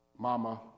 Mama